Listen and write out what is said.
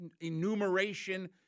enumeration